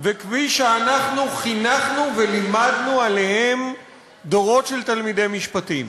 וכפי שאנחנו חינכנו ולימדנו עליהם דורות של תלמידי משפטים.